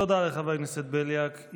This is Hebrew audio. תודה לחבר הכנסת בליאק.